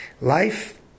Life